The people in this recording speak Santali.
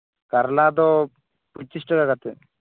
ᱠᱟᱨᱞᱟ ᱫᱚ ᱯᱚᱸᱪᱤᱥ ᱴᱟᱠᱟ ᱠᱟᱛᱮᱫ